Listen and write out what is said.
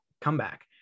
comeback